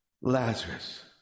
Lazarus